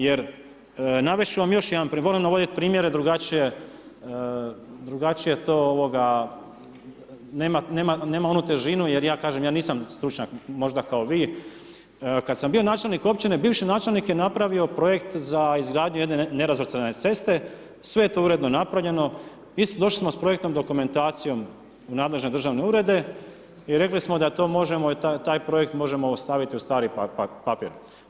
Jer navesti ću vam još jedan primjer, volim navoditi primjere, drugačije to ovoga, nema onu težinu, jer ja kažem, ja nisam stručnjak, možda kao vi, kada sam bio načelnik općine bivši načelnik je napravio projekt za izgradnju jedne nerazvrstane ceste, sve je to uredno napravio, došli smo s projektnom dokumentacijom u nadležne državne urede i rekli smo da to možemo i taj projekt možemo ostaviti u stari papir.